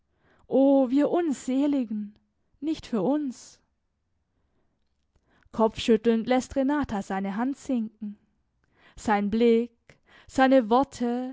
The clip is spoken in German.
wir unseligen nicht für uns kopfschüttelnd läßt renata seine hand sinken sein blick seine worte